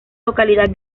localidad